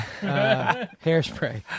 hairspray